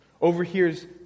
overhears